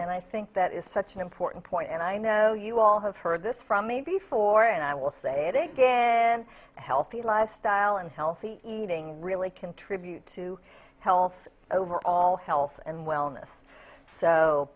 and i think that is such an important point and i know you all have heard this from me before and i will say it again healthy lifestyle and healthy eating really contribute to health overall health and wellness so